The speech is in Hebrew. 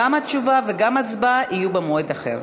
גם התשובה וגם ההצבעה יהיו במועד אחר.